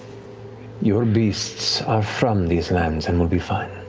your beasts are from these lands, and will be fine,